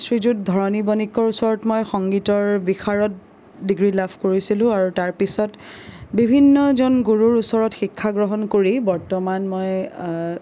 শ্ৰীযুত ধৰণী বনিকৰ ওচৰত মই সংগীতৰ বিশাৰদ ডিগ্ৰী লাভ কৰিছিলো আৰু তাৰপিছত বিভিন্নজন গুৰুৰ ওচৰত শিক্ষা গ্ৰহণ কৰি বৰ্তমান মই